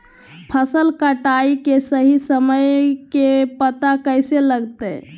फसल कटाई के सही समय के पता कैसे लगते?